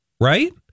right